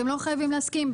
אתם לא חייבים להסכים.